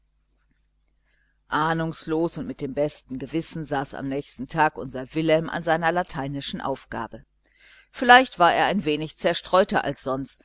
ahnungslos und mit dem besten gewissen saß am nächsten abend unser wilhelm an seiner lateinischen aufgabe vielleicht war er ein wenig zerstreuter als sonst